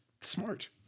smart